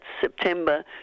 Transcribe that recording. September